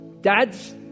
Dads